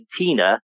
Argentina